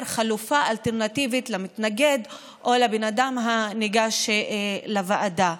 חלופה למתנגד או לבן אדם שניגש לוועדה.